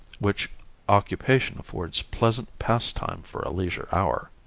which occupation affords pleasant pastime for a leisure hour.